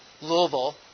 Louisville